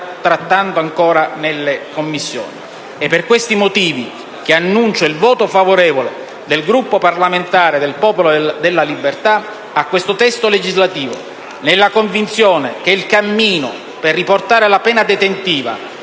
trattando ancora nelle Commissioni. È per questi motivi che annuncio il voto favorevole del Gruppo parlamentare del Popolo della Libertà a questo testo legislativo, nella convinzione che il cammino per riportare la pena detentiva